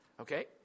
Okay